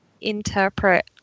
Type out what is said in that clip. interpret